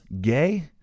gay